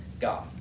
God